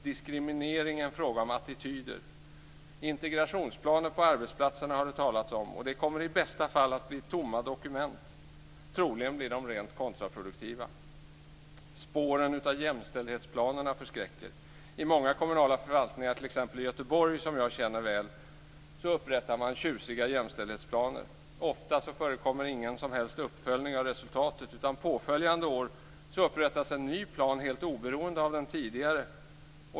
Diskriminering är en fråga om attityder. Integrationsplaner på arbetsplatserna har det talats om, men de kommer att i bästa fall bli tomma dokument. Troligen blir de rent kontraproduktiva. Spåren av jämställdhetsplanerna förskräcker. I många kommunala förvaltningar i t.ex. Göteborg, som jag känner väl till, upprättas tjusiga jämställdhetsplaner. Oftast förekommer ingen som helst uppföljning av resultat, utan påföljande år upprättas en ny plan helt oberoende av den tidigare.